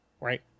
Right